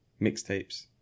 mixtapes